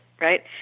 Right